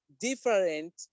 different